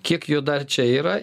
kiek jų dar čia yra